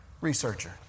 researcher